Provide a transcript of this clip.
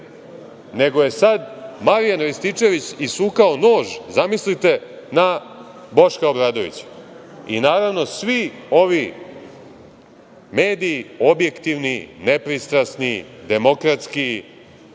nego je sad Marijan Rističević isukao nož, zamislite, na Boška Obradovića. I, naravno, svi ovi mediji, objektivni, nepristrasni, demokratski,